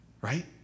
Right